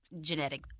genetic